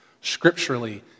scripturally